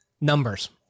numbers